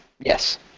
Yes